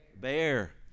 Bear